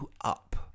up